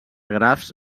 grafs